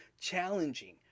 challenging